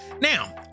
now